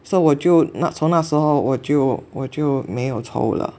so 我就那从那时候我就我就没有抽了